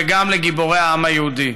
וגם לגיבורי העם היהודי.